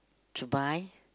to buy